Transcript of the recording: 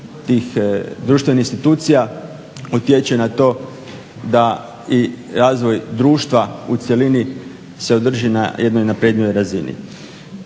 tih društvenih institucija utječe na to da i razvoj društva u cjelini se održi na jednoj naprednijoj razini.